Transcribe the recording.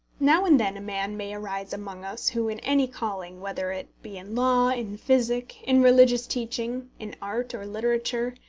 now and then a man may arise among us who in any calling, whether it be in law, in physic, in religious teaching, in art, or literature,